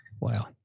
Wow